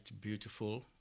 beautiful